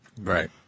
Right